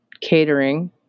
catering